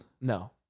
No